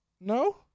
No